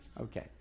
Okay